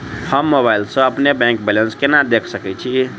हम मोबाइल सा अपने बैंक बैलेंस केना देख सकैत छी?